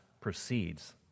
proceeds